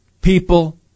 people